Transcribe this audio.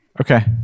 okay